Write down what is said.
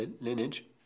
lineage